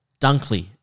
Dunkley